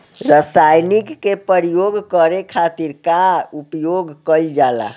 रसायनिक के प्रयोग करे खातिर का उपयोग कईल जाला?